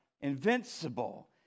invincible